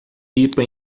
pipa